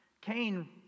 Cain